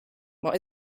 what